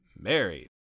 married